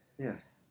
Yes